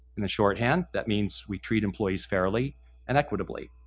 in short hand that means we treat employees fairly and equitably.